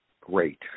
great